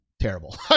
terrible